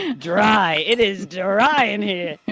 and dry, it is dry in here!